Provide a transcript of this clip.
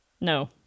No